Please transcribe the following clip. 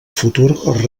futur